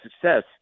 success